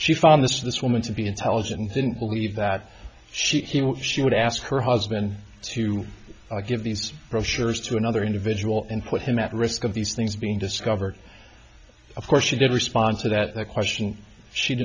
she found this this woman to be intelligent didn't believe that she she would ask her husband to give these brochures to another individual and put him at risk of these things being discovered of course she did respond to that the question she